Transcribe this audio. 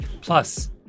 Plus